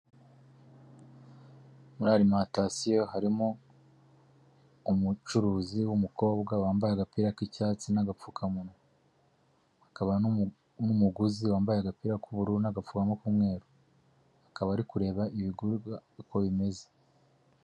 Muri alimantion harimo umucuruzi w'umukobwa wambaye agapira k'icyatsi n'agapfukamunwa, hakaba n'umuguzi wambaye agapira k'ubururu n'agapfukamunwa k'umweru, akaba ari kureba ibigurwa uko bimeze.